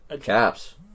Caps